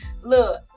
look